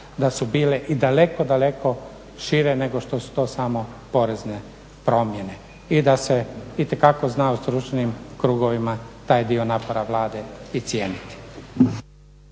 da su bile i daleko, daleko šire nego što su to samo porezne promjene i da se itekako zna u stručnim krugovima taj dio napora Vlade i cijeniti.